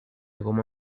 goma